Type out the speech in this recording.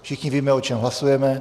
Všichni víme, o čem hlasujeme.